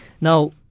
Now